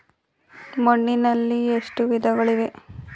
ಮಣ್ಣಿನಲ್ಲಿ ಎಷ್ಟು ವಿಧಗಳಿವೆ?